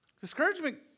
Discouragement